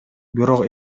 бирок